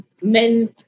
men